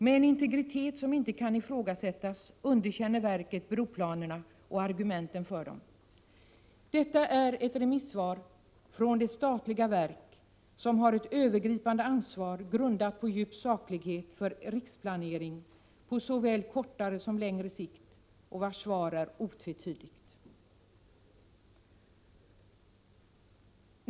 Med en integritet som inte kan ifrågasättas underkänner verket broplanerna och argumenten för dem. Detta är ett otvetydigt remissvar från det statliga verk som har ett övergripande ansvar grundat på djup saklighet för riksplanering på såväl kortare som längre sikt.